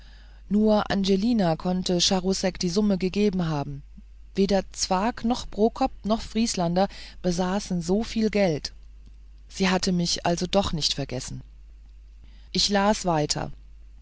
nur angelina konnte charousek die summe gegeben haben weder zwakh noch prokop noch vrieslander besaßen so viel geld sie hatte mich also doch nicht vergessen ich las weiter